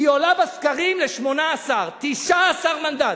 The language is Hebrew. היא עולה בסקרים ל-19-18 מנדטים.